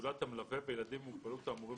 זולת המלווה וילדים עם מוגבלות האמורים